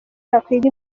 yakwiga